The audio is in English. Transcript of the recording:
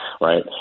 right